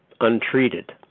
untreated